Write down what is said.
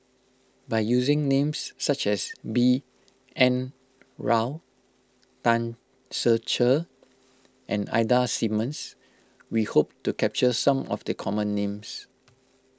by using names such as B N Rao Tan Ser Cher and Ida Simmons we hope to capture some of the common names